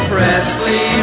Presley